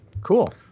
cool